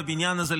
בבניין הזה,